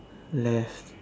left